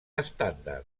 estàndard